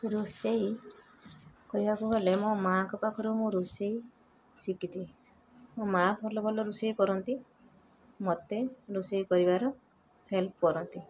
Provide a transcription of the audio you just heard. ରୋଷେଇ କହିବାକୁ ଗଲେ ମୋ ମାଆଙ୍କ ପାଖରୁ ମୁଁ ରୋଷେଇ ଶିଖିଛି ମୋ ମାଆ ଭଲ ଭଲ ରୋଷେଇ କରନ୍ତି ମୋତେ ରୋଷେଇ କରିବାର ହେଲ୍ପ କରନ୍ତି